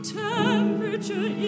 temperature